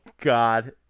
God